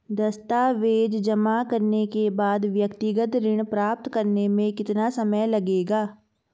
दस्तावेज़ जमा करने के बाद व्यक्तिगत ऋण प्राप्त करने में कितना समय लगेगा?